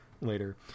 later